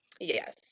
Yes